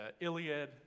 Iliad